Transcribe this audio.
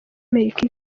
amerika